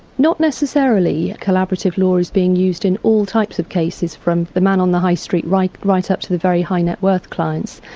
not necessarily. collaborative law is being used in all types of cases, from the man on the high street right right up to the very high net worth clients.